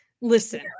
Listen